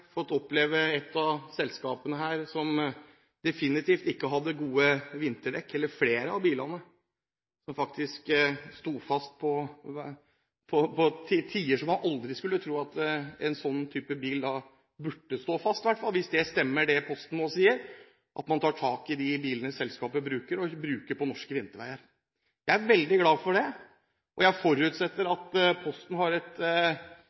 fått lov til å oppleve et av selskapene som definitivt ikke hadde gode vinterdekk på flere av bilene. Bilene sto faktisk fast til tider man aldri skulle tro en sånn type bil burde stå fast. Hvis det Posten nå sier, stemmer, at man tar tak i de bilene selskapet bruker på norske vinterveier, er jeg veldig glad for det. Jeg forutsetter